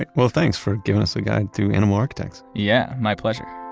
but well thanks for giving us a guide through animal architects yeah, my pleasure